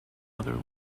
other